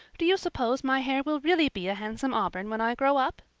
do you suppose my hair will really be a handsome auburn when i grow up?